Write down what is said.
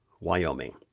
Wyoming